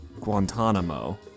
Guantanamo